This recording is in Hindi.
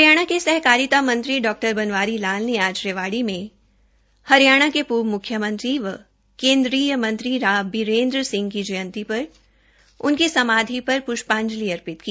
हरियाणा के सहकारिता मंत्री डॉ बनवारी लाल ने आज रेवाड़ी में हरियाणा के पूर्व मुख्यमंत्री व केन्द्रीय मंत्री राव बिरेन्द्र सिंह की जयंती पर उनकी समाधि पर पृष्पांजलि अर्पित की